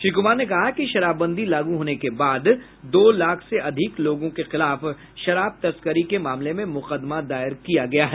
श्री कुमार ने कहा कि शराबबंदी लागू होने के बाद दो लाख से अधिक लोगों के खिलाफ शराब तस्करी के मामले में मुकदमा दायर किया गया है